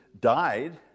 died